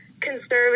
conservative